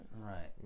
Right